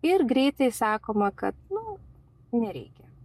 ir greitai sakoma kad nu nereikia